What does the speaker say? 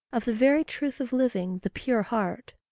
of the very truth of living, the pure heart.